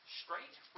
straight